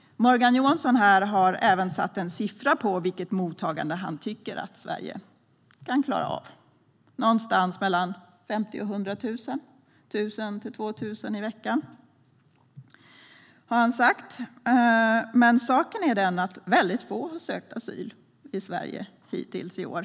Morgan Johansson har även satt en siffra på vilket mottagande han tycker att Sverige kan klara av. Någonstans mellan 50 000 och 100 000, 1 000-2 000 i veckan, har han sagt. Men saken är den att väldigt få har sökt asyl i Sverige hittills i år.